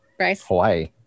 Hawaii